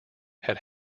had